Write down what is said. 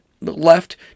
left